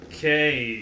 Okay